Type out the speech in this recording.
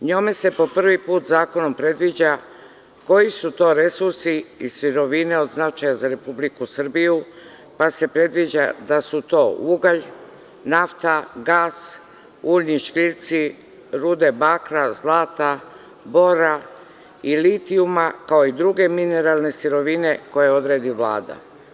Njome se po prvi put zakonom predviđa koji su to resursi i sirovine od značaja za Republiku Srbiju, pa se predviđa da su to ugalj, nafta, gas, uljni škriljci, rude bakra, zlata, bora i litijuma, kao i druge mineralne sirovine koje odredi Vlada.